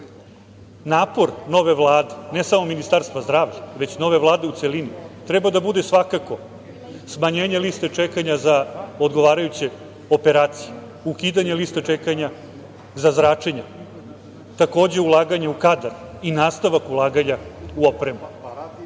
napor nove Vlade, ne samo ministarstva zdravlja, već nove Vlade u celini, treba da bude svakako smanjenje liste čekanja za odgovarajuće operacije, ukidanje liste čekanja za zračenja, takođe ulaganje u kadar i nastavak ulaganja u opremu.